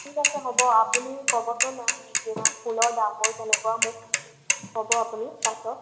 অঁ ঠিক আছে হ'ব আপুনি ক'বচোন ফুলৰ দামবোৰ কেনেকুৱা মোক ক'ব আপুনি পাছত